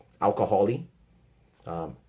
alcohol-y